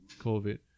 COVID